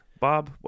bob